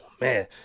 man